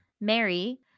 Mary